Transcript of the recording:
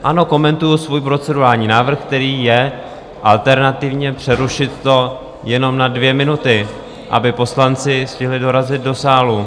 Ano, komentuji svůj procedurální návrh, který je alternativně přerušit to jenom na dvě minuty, aby poslanci stihli dorazit do sálu.